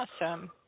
awesome